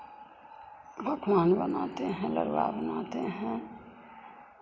पकवान बनाते हैं लड़ुवा बनाते हैं